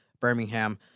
Birmingham